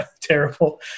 Terrible